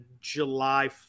July